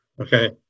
okay